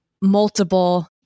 multiple